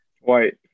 white